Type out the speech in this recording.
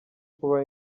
kuba